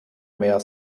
mehr